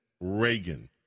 Reagan